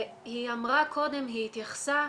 היא אמרה קודם, היא התייחסה,